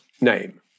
name